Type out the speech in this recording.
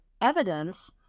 evidence